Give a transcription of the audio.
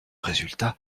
résultat